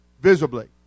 visibly